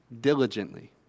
diligently